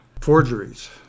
forgeries